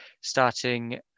starting